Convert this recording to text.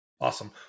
Awesome